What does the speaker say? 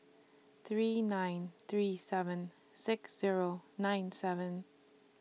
three nine three seven six Zero nine seven